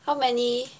how many